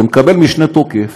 זה מקבל משנה תוקף